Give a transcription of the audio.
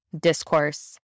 discourse